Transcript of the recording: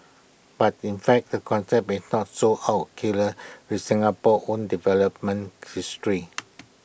but in fact the concept is not so out killer with Singapore own development history